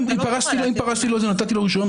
אם פרסתי לו ונתתי לו רישיון,